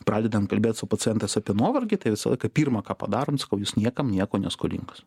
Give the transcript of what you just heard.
pradedam kalbėt su pacientas apie nuovargį tai visą laiką pirma ką padarom sakau jūs niekam nieko neskolingas